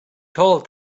told